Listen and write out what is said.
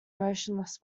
motionless